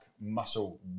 muscle